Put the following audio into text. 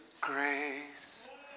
grace